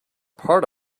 part